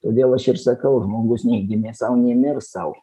todėl aš ir sakau žmogus nei gimė sau nei mirs sau